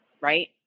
right